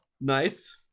Nice